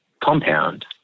compound